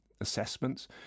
assessments